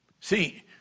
See